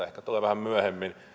ehkä tulee vähän myöhemmin